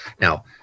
Now